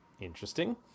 Interesting